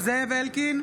זאב אלקין,